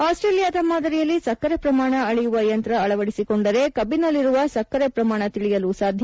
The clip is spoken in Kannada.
ಆಸ್ಟೇಲಿಯಾದ ಮಾದರಿಯಲ್ಲಿ ಸಕ್ಕರೆ ಪ್ರಮಾಣ ಅಳೆಯುವ ಯಂತ್ರ ಅಳವಡಿಸಿಕೊಂಡರೆ ಕಬ್ಬನಲ್ಲಿರುವ ಸಕ್ಕರೆ ಪ್ರಮಾಣ ತಿಳಿಯಲುಸಾಧ್ಯ